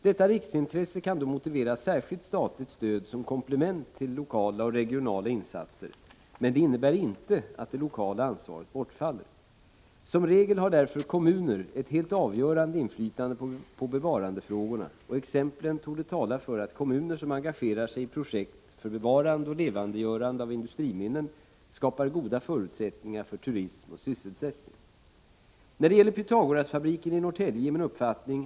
Detta riksintresse kan då motivera särskilt statligt stöd som komplement till lokala och regionala insatser, men det innebär inte att det lokala ansvaret bortfaller. Som regel har därför kommuner ett helt avgörande inflytande på bevarandefrågorna, och exemplen torde tala för att kommuner som engagerar sig i projekt för bevarande och levandegörande av industriminnen skapar goda förutsättningar för turism och sysselsättning. När det gäller Pythagorasfabriken i Norrtälje är min uppfattning att den = Prot.